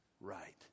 right